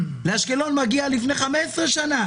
לאשקלון מגיע כבר לפני 15 שנים.